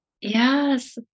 Yes